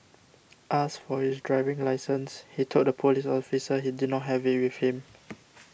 asked for his driving licence he told the police officer he did not have it with him